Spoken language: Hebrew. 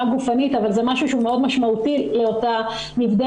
גופנית אבל זה משהו שהוא מאוד משמעותי לאותה נבדקת,